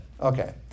Okay